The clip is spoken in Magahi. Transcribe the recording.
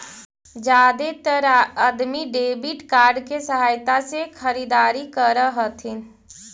जादेतर अदमी डेबिट कार्ड के सहायता से खरीदारी कर हथिन